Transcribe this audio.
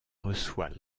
reçoit